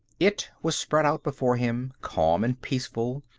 it was spread out before him, calm and peaceful,